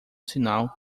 sinal